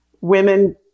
women